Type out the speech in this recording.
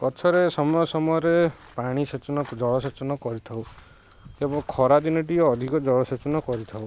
ଗଛରେ ସମୟ ସମୟରେ ପାଣିସେଚନ ଜଳସେଚନ କରିଥାଉ ଏବଂ ଖରାଦିନେ ଟିକେ ଅଧିକ ଜଳସେଚନ କରିଥାଉ